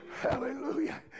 Hallelujah